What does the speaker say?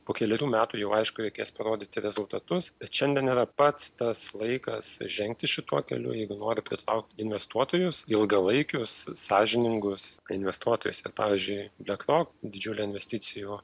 po kelerių metų jau aišku reikės parodyti rezultatus bet šiandien yra pats tas laikas žengti šituo keliu jeigu nori pritraukti investuotojus ilgalaikius sąžiningus investuotojus ir pavyzdžiui beklok didžiulė investicijų